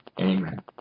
Amen